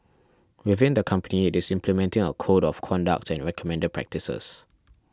within the company it is implementing a code of conduct and recommended practices